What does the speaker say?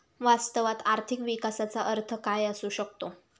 वास्तवात आर्थिक विकासाचा अर्थ काय असू शकतो?